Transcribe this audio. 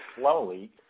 slowly